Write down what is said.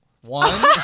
One